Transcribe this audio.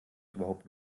überhaupt